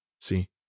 See